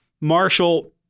Marshall